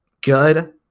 good